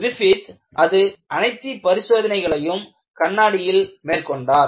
Griffith அது அனைத்து பரிசோதனைகளையும் கண்ணாடியில் மேற்கொண்டார்